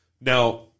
Now